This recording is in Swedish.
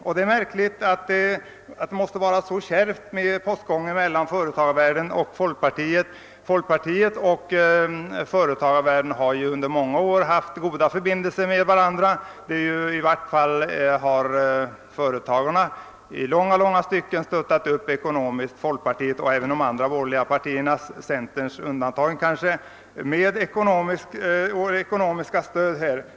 Det är märkligt att postgången mellan företagarvärlden och folkpartiet är så kärv. Folkpartiet och företagarvärlden har ju under många år haft goda förbindelser med varandra. I vart fall har företagarna i stor utsträckning givit folkpartiet — och även moderata samlingspartiet — ekonomiskt stöd.